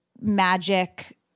magic